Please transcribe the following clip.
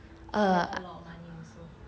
then earn a lot of money also